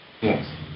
Yes